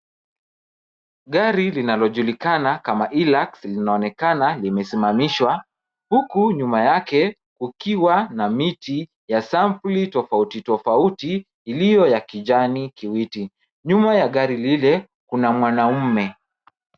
Gari linalojulikana kama Hillux linaonekana limesimamishwa huku nyuma yake kukiwa na miti ya sampuli tofauti tofauti iliyo ya kijani kibichi. Nyuma ya gari lile kuna mwanamume.